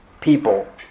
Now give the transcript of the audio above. people